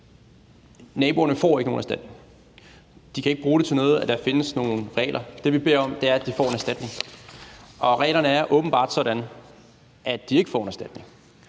Naboerne får ikke nogen erstatning. De kan ikke bruge det til noget, at der findes nogle regler. Det, vi beder om, er, at de får en erstatning, og reglerne er åbenbart sådan, at de ikke får en erstatning.